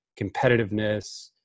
competitiveness